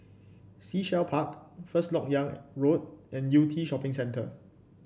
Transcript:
Sea Shell Park First LoK Yang Road and Yew Tee Shopping Centre